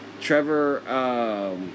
Trevor